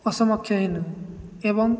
ଅସକ୍ଷମ ହୋଇନୁ ଏବଂ